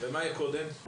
ומה היה קודם?